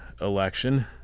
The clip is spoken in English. election